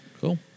Cool